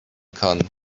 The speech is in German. kann